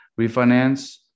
refinance